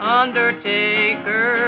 undertaker